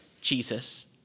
Jesus